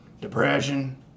depression